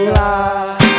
life